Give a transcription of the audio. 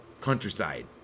Countryside